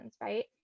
right